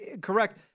correct